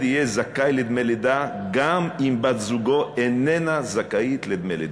יהא זכאי לדמי לידה גם אם בת-זוגו איננה זכאית לדמי לידה,